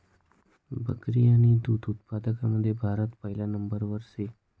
बकरी आणि दुध उत्पादनमा भारत पहिला नंबरवर शे